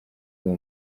uwo